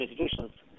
institutions